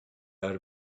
out